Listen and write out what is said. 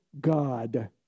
God